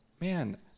Man